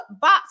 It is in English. box